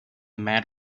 mad